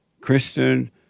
Christian